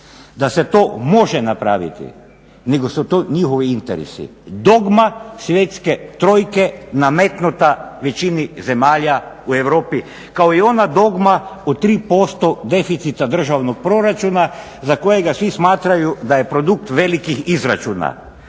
da se to može napraviti nego su to njihovi interesi. Dogma svjetske trojke nametnuta većini zemalja u Europi, kao i ona dogma o 3% deficita državnog proračuna za kojega svi smatraju da je produkt velikih izračuna.